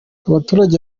abaturage